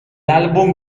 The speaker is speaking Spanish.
álbum